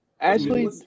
Ashley